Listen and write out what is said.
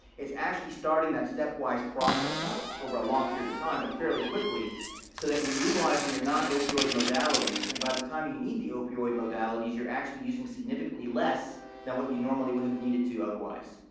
it's actually starting that stepwise process not over a long period of time, but fairly quickly so that you're utilizing your non-opioid modalities. and by the time you need the opioid modalities, you're actually using significantly less than what you normally would have needed to otherwise.